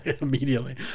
Immediately